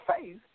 faith